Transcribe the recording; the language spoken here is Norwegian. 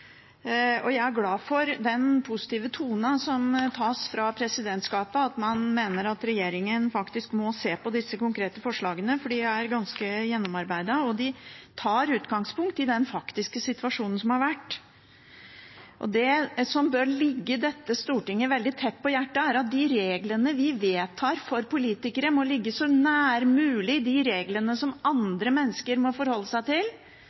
dag. Jeg er glad for den positive tonen som tas fra presidentskapet, at man mener at regjeringen faktisk må se på disse konkrete forslagene, for de er ganske gjennomarbeidet, og de tar utgangspunkt i den faktiske situasjonen som har vært. Det som bør ligge dette Stortinget veldig tett på hjertet, er at de reglene vi vedtar for politikere, må ligge så nær som mulig de reglene andre mennesker må forholde seg til